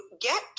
get